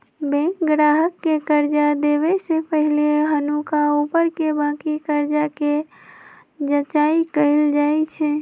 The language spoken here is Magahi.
बैंक गाहक के कर्जा देबऐ से पहिले हुनका ऊपरके बाकी कर्जा के जचाइं कएल जाइ छइ